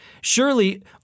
Surely